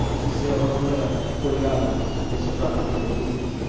to sell her blood for forty dollars just to try to feed her kids.